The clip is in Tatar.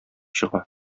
чыга